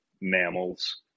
mammals